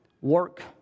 work